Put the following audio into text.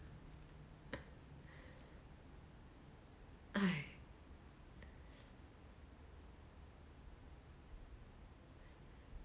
!hais!